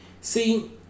See